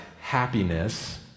happiness